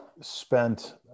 spent